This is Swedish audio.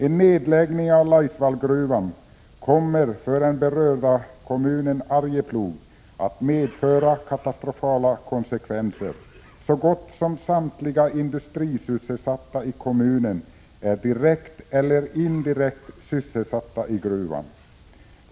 En nedläggning av Laisvallgruvan kommer för den berörda kommunen Arjeplog att medföra katastrofala konsekvenser. Så gott som samtliga industrisysselsatta i kommunen är direkt eller indirekt beroende av sysselsättningen i gruvan.